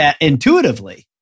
intuitively